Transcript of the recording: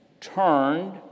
turned